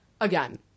again